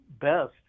best